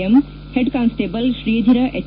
M head constable Shridhara H